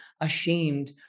ashamed